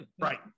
Right